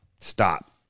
stop